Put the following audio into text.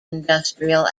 industrial